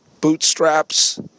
bootstraps